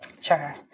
Sure